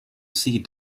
see